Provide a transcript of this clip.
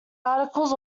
articles